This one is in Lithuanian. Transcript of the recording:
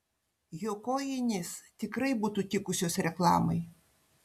jo kojinės tikrai būtų tikusios reklamai